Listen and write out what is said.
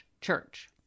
church